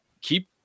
keep